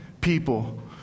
people